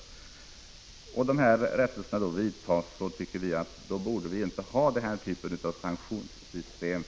I sådana fall, då det gäller smärre avvikelser från byggnadslovsreglerna, tycker vi inte att det är nödvändigt med den här typen av sanktionssystem.